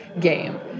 game